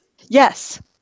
yes